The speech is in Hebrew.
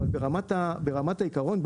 ברמת העיקרון,